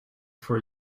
for